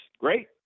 great